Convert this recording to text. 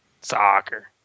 Soccer